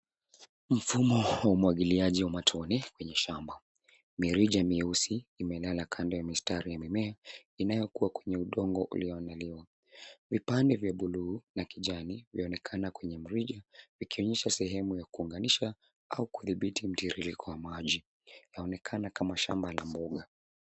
Mfumo wa wa umwagiliaji wa matone kwenye shamba. Mirija mieusi imelala kando ya mistari ya mimea inayo kua kwenye udongo ulio inuliwa. Vipande vya bluu na kijani yaonekana kwenye mirija vikionyesha sehemu ya kuunganisha au kudhibiti mtiririko wa maji. Laonekana kama shamba la mboga.